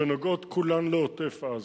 שנוגעות כולן לעוטף-עזה.